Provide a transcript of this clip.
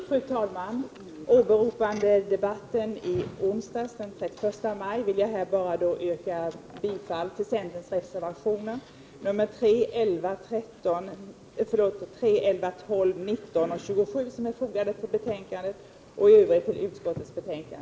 Fru talman! Åberopande debatten i onsdags, den 31 maj, vill jag härmed bara yrka bifall till centerns reservationer nr 3, 11, 12, 19 och 27 som är fogade till betänkandet och i övrigt till utskottets hemställan.